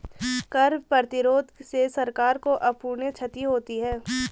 कर प्रतिरोध से सरकार को अपूरणीय क्षति होती है